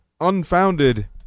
unfounded